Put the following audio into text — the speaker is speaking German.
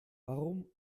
warum